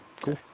Cool